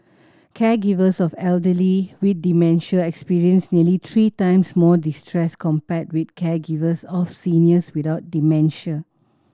caregivers of elderly with dementia experienced nearly three times more distress compared with caregivers of seniors without dementia